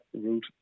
route